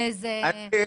בבקשה.